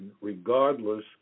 regardless